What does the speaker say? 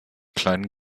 kleinen